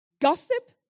gossip